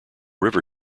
river